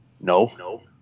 No